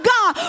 God